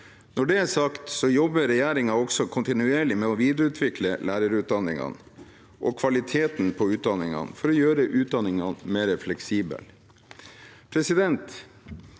Når det er sagt, jobber regjeringen også kontinuerlig med å videreutvikle lærerutdanningen og kvaliteten på utdanningen for å gjøre utdanningen mer fleksibel. Det